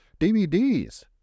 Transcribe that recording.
DVDs